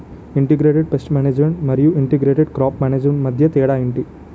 integrated pest management మరియు integrated crop management మధ్య తేడా ఏంటి